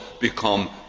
become